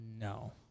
No